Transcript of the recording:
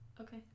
okay